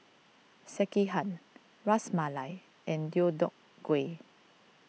Sekihan Ras Malai and Deodeok Gui